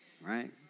Right